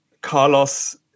Carlos